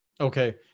Okay